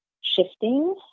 shifting